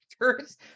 characters